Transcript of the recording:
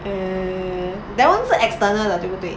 err that [one] 就是 external 的对不对